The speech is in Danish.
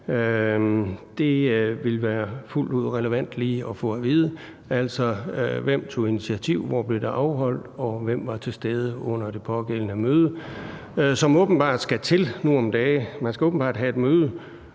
Det ville være fuldt ud relevant lige at få at vide. Altså, hvem tog initiativ, hvor blev det afholdt, og hvem var til stede under det pågældende møde, som åbenbart skal til nu om dage? Man skal åbenbart have et møde